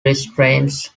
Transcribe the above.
restraints